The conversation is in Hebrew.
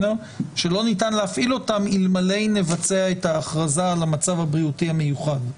שלא ניתן להפעיל אותם אלמלא נבצע את ההכרזה על המצב הבריאותי המיוחד?